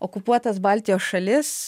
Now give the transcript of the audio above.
okupuotas baltijos šalis